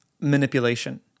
manipulation